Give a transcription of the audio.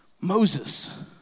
Moses